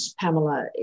Pamela